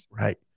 right